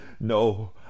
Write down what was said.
No